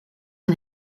een